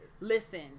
listen